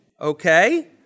okay